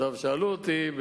שאלו אותי,